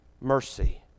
mercy